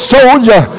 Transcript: Soldier